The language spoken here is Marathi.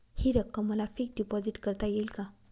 हि रक्कम मला फिक्स डिपॉझिट करता येईल का?